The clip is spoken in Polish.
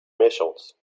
miesiąc